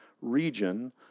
region